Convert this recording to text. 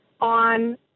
on